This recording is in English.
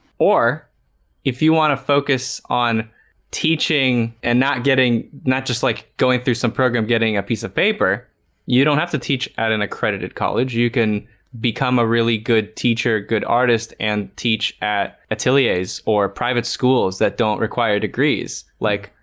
or if you want to focus on teaching and not getting not just like going through some program getting a piece of paper you don't have to teach at an accredited college you can become a really good teacher good artist and teach at ateliers or private schools that don't require degrees like,